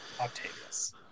Octavius